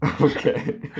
okay